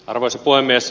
arvoisa puhemies